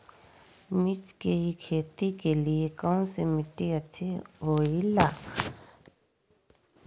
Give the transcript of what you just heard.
मिर्च की खेती के लिए कौन सी मिट्टी अच्छी होईला?